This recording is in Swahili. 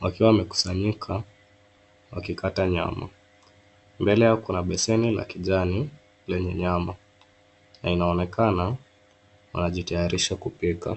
wakiwa wamekusanyika wakikata nyama. Mbele yao kuna beseni la kijani lenye nyama na inaonekana wanajitayarisha kupika.